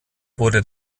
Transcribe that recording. wurde